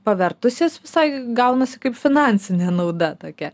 pavertusias visai gaunas kaip finansinė nauda tokia